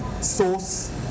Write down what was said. sauce